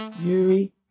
Yuri